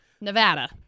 Nevada